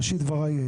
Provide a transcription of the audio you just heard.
בראשית דברי,